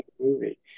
movie